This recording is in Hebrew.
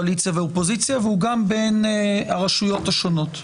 הוא גם בין קואליציה ואופוזיציה והוא גם בין הרשויות השונות.